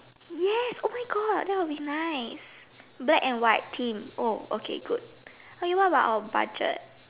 yes oh my God that will be nice black and white theme oh okay good okay what about our budget